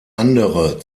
andere